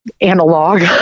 analog